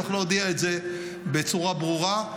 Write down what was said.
צריך להודיע את זה בצורה ברורה.